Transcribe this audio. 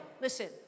Listen